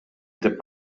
деп